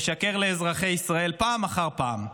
משקר לאזרחי ישראל פעם אחר פעם.